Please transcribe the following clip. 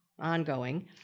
ongoing